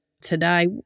today